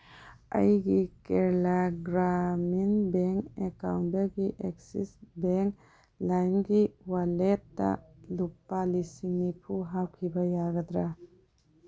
ꯑꯩꯒꯤ ꯀꯦꯔꯂꯥ ꯒ꯭ꯔꯥꯃꯤꯟ ꯕꯦꯡ ꯑꯦꯀꯥꯎꯟꯗꯒꯤ Axis Bank ꯂꯥꯏꯝꯒꯤ ꯋꯥꯂꯦꯠꯇ ꯂꯨꯄꯥ ꯂꯤꯁꯤꯡ ꯅꯤꯐꯨ ꯍꯥꯞꯈꯤꯕ ꯌꯥꯒꯗ꯭ꯔꯥ